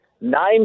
Nine